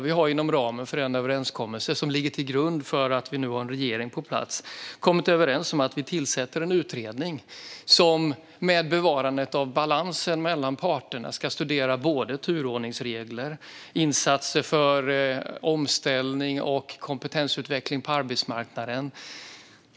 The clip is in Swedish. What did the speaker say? Vi har inom ramen för den överenskommelse som ligger till grund för att vi nu har en regering på plats kommit överens om att vi tillsätter en utredning som med bevarandet av balansen mellan parterna ska studera både turordningsregler och insatser för omställning och kompetensutveckling på arbetsmarknaden.